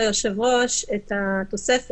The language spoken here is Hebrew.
את הרישיון אם הוא לא עשה את השילוט נכון.